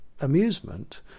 amusement